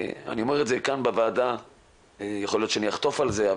אני אומר את זה כאן בוועדה ויכול להיות שאחטוף על זה,